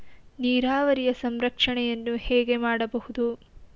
ನೀರಾವರಿಯ ಸಂರಕ್ಷಣೆಯನ್ನು ಹೇಗೆ ಮಾಡಬಹುದು?